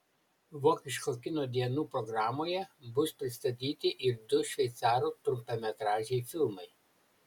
vokiško kino dienų programoje bus pristatyti ir du šveicarų trumpametražiai filmai